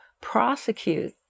prosecute